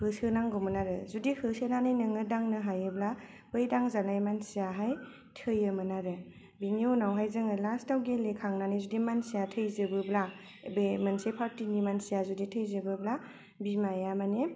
होसोनांगौमोन आरो जुदि होसोनानै नोङो दांनो हायोब्ला बै दांजानाय मानसियाहाय थैयोमोन आरो बेनि उनावहाय जों लास्थ आव गेलेखांनानै जुदि मानसिया थैजोबोब्ला बे मोनसे फारथिनि मानसिया जुदि थैजोबोब्ला बिमाया माने